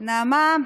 נעמה,